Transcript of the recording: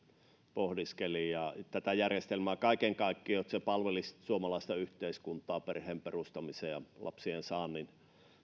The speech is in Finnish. pohdiskeli tätä järjestelmää kaiken kaikkiaan jotta se palvelisi suomalaista yhteiskuntaa perheen perustamisen ja lapsiensaannin